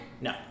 No